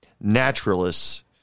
naturalists